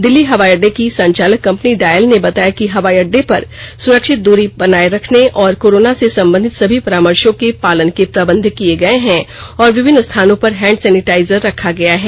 दिल्ली हवाई अड्डे की संचालक कम्पनी डायल ने बताया कि हवाई अड्डे पर सुरक्षित दूरी बनाए रखने और कोरोना से संबंधित सभी परामशों के पालन के प्रबंध किये गये है और विभिन्न स्थानों पर हैंड सैनिटाइजर रखा गया है